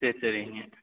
சரி சரிங்க